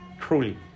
truly